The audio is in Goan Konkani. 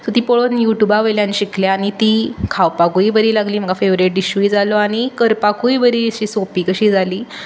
सो ती पळोवन यू ट्युबा वयल्यान शिकलें आनी ती खावपाकूय बरी लागली म्हाका फेवरेट डिशूय जालो आनी करपाकूय बरी अशी सोंपी कशी जाली